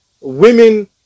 women